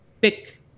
pick